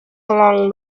along